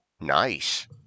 nice